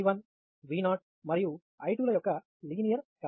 I2 ఇది కూడా I1 V0 మరియు I2 ల యొక్క లీనియర్ కలయిక